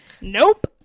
nope